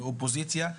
מהאופוזיציה,